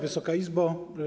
Wysoka Izbo!